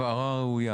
הבהרה ראויה.